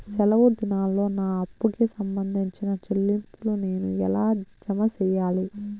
సెలవు దినాల్లో నా అప్పుకి సంబంధించిన చెల్లింపులు నేను ఎలా జామ సెయ్యాలి?